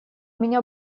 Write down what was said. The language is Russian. меня